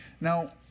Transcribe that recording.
Now